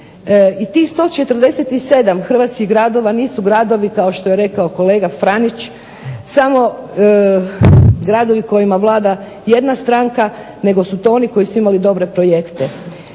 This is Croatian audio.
i tih 147 Hrvatskih gradova nisu gradovi kao što je rekao kolega Franić samo gradovi kojima vlada jedna stranka nego su to oni koji su imali dobre projekte.